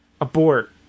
Abort